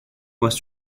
was